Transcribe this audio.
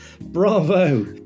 bravo